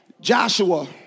Joshua